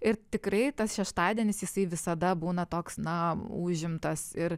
ir tikrai tas šeštadienis jisai visada būna toks na užimtas ir